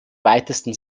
weitesten